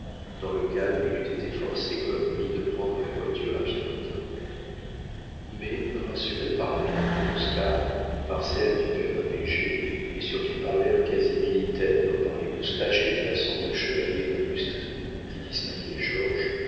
dans le cas où il eût été forcé comme lui de prendre la voiture à pierrotin mais rassuré par la tournure d'oscar par celle du père léger et surtout par l'air quasi militaire par les moustaches et les façons de chevalier d'industrie qui distinguaient georges